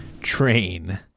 train